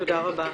תודה רבה.